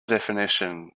definition